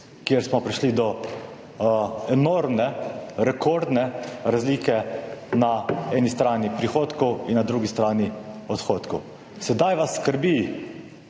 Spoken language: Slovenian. kjer smo prišli do enormne, rekordne razlike na eni strani prihodkov in na drugi strani odhodkov. Sedaj vas skrbi